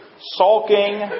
sulking